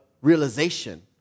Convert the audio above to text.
realization